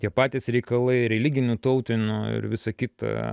tie patys reikalai religiniu tautiniu ir visa kita